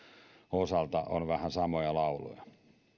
osalta on vähän samoja lauluja